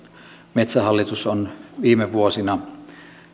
metsähallitus on viime vuosina